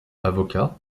avocat